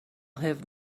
have